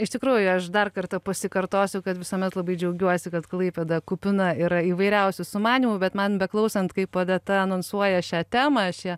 iš tikrųjų aš dar kartą pasikartosiu kad visuomet labai džiaugiuosi kad klaipėda kupina yra įvairiausių sumanymų bet man beklausant kaip odeta anonsuoja šią temą aš ją